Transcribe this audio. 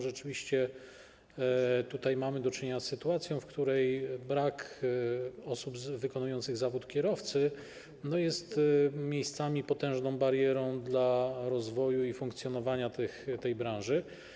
Rzeczywiście tutaj mamy do czynienia z sytuacją, w której brak osób wykonujących zawód kierowcy jest miejscami potężną barierą dla rozwoju i funkcjonowania tej branży.